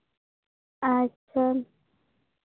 ᱟᱪᱪᱷᱟ